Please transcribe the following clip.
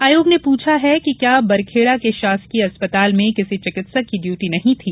आयोग ने पूछा है कि क्या बरखेड़ा के शासकीय अस्पताल में किसी चिकित्सक की ड्यूटी नहीं थी